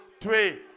three